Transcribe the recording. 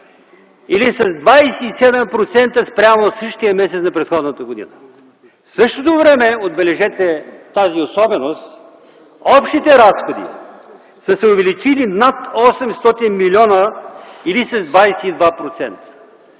или с 27% спрямо същия месец на предходната година. В същото време – отбележете тази особеност – общите разходи са се увеличили над 800 млн. лв. или с 22%.